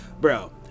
bro